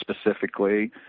specifically